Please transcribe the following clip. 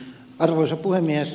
arvoisa puhemies